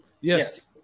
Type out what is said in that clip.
Yes